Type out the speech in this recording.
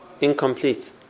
incomplete